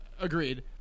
Agreed